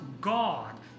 God